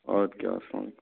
اَد کیٛاہ اسلام علیکُم